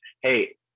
Hey